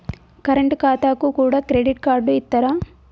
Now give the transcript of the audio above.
Current ఖాతాకు కూడా credit card ఇత్తరా?